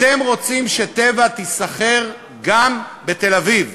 אתם רוצים ש"טבע" תיסחר גם בתל-אביב,